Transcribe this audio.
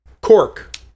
Cork